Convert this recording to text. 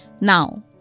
Now